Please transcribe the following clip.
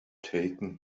taken